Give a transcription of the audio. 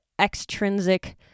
extrinsic